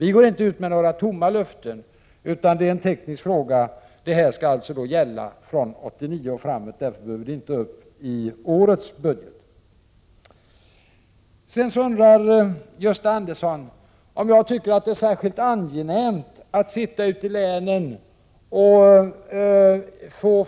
Vi går inte ut med några tomma löften. Det är en teknisk fråga. Förslagen skall gälla från 1989 och framåt. Därför behöver de inte tas med i årets budget. Gösta Andersson undrade om jag tror att det är särskilt angenämt att sitta ute i länen och